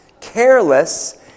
careless